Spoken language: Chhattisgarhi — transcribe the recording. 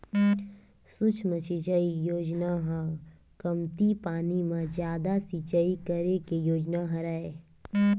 सुक्ष्म सिचई योजना ह कमती पानी म जादा सिचई करे के योजना हरय